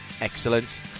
Excellent